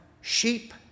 sheep